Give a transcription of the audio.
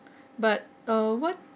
but uh what